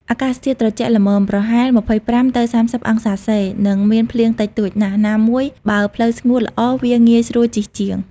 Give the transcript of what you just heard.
អាកាសធាតុត្រជាក់ល្មម (ប្រហែល ២៥-៣០ អង្សាសេ) និងមានភ្លៀងតិចតួចណាស់ ណាមួយបើផ្លូវស្ងួតល្អវាងាយស្រួលជិះជាង។